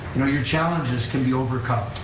you know your challenges can be overcome.